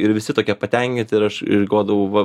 ir visi tokie patenkinti ir aš galvodavau va